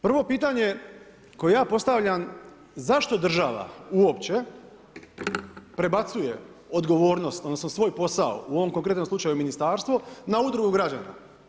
Prvo pitanje koje ja postavljam, zašto država uopće prebacuje odgovornost, odnosno svoj posao, u ovom konkretnom slučaju ministarstvo, na udrugu građana?